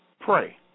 pray